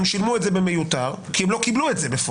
הם שילמו את זה במיותר כי הם לא קיבלו את זה בפועל,